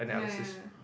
ya ya ya